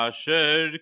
Asher